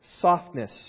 Softness